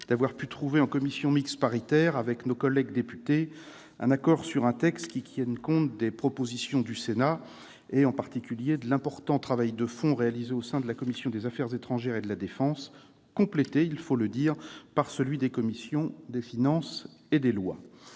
-d'avoir pu trouver en commission mixte paritaire, avec nos collègues députés, un accord sur un texte qui tienne compte des propositions du Sénat, en particulier de l'important travail de fond réalisé au sein de la commission des affaires étrangères, de la défense et des forces armées, complété par celui de la commission des finances et de la